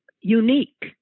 unique